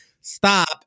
stop